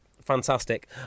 fantastic